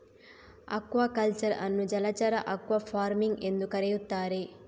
aquaculture ಅನ್ನು ಜಲಚರ aquafarming ಎಂದೂ ಕರೆಯುತ್ತಾರೆ